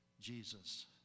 Jesus